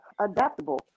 adaptable